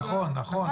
נכון, נכון.